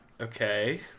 Okay